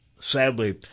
Sadly